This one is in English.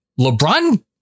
LeBron